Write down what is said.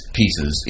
pieces